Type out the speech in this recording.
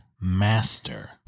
Master